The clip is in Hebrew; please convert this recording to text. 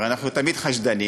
הרי אנחנו תמיד חשדנים,